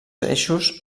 eixos